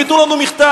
הם ייתנו לנו מכתב.